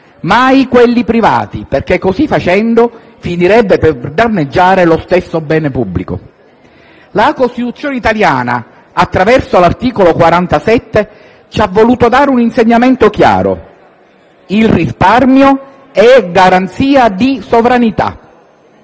mai quelli privati, perché così facendo finirebbe per danneggiare lo stesso bene pubblico. La Costituzione italiana, attraverso l'articolo 47, ci ha voluto dare un insegnamento chiaro: il risparmio è garanzia di sovranità.